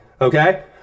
Okay